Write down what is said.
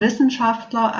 wissenschaftler